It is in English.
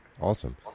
Awesome